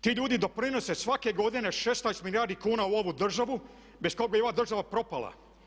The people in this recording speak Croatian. Ti ljudi doprinose svake godine 16 milijardi kuna u ovu državu bez koga bi ova država propala.